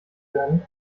werden